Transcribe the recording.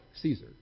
Caesar